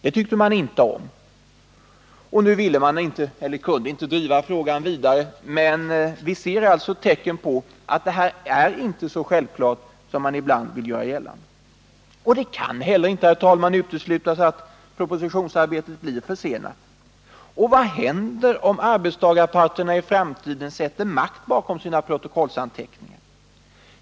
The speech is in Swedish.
Det tyckte man inte om, och nu kunde man inte driva frågan vidare. Men vi ser alltså tecken på att det här inte är så självklart som man ibland vill göra gällande. Det kan inte heller, herr talman, uteslutas att propositionsarbetet blir försenat. Och vad händer om arbetstagarparten sätter makt bakom sina protokollsanteckningar?